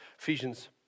Ephesians